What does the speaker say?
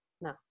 No